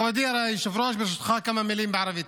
מכובדי היושב-ראש, ברשותך, כמה מילים בערבית.